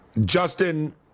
Justin